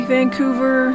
Vancouver